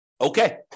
Okay